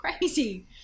crazy